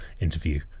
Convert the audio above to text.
interview